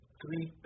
three